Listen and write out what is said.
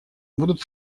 будут